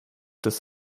des